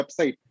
website